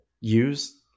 use